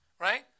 right